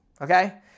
Okay